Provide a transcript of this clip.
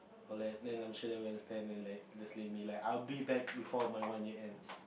I'll let I'm sure they will understand and like just leave me like I'll be back before my one year ends